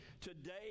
today